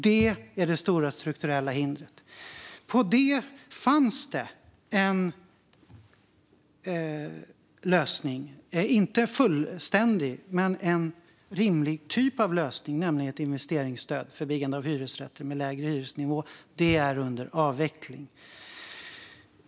Det är det stora strukturella hindret. På det fanns det inte en fullständig lösning men en rimlig typ av lösning, nämligen ett investeringsstöd för byggande av hyresrätter med lägre hyresnivå. Det är under avveckling.